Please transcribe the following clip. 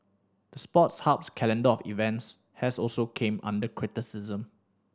the Sports Hub's calendar of events has also came under criticism